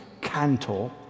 Cantor